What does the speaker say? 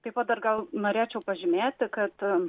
taip pat dar gal norėčiau pažymėti kad